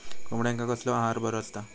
कोंबड्यांका कसलो आहार बरो असता?